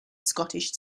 scottish